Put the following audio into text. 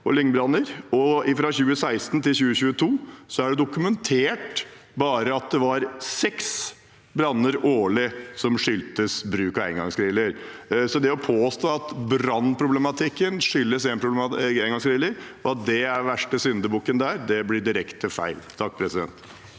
og fra 2016 til 2022 er det dokumentert bare seks branner årlig som skyldtes bruk av engangsgriller. Så å påstå at brannproblematikken skyldes engangsgriller, og at det er den verste syndebukken der, blir direkte feil. Ragnhild